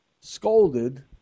scolded